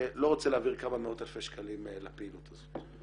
לא רוצה להעביר כמה מאות אלפי שקלים לפעילות הזאת.